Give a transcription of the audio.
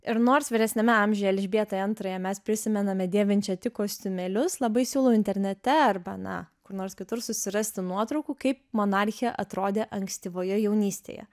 ir nors vyresniame amžiuje elžbietą antrąją mes prisimename dėvinčią tik kostiumėlius labai siūlau internete arba na kur nors kitur susirasti nuotraukų kaip monarchė atrodė ankstyvoje jaunystėje